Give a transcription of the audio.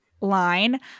line